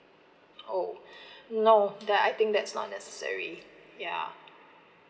oh no that I think that's not necessary ya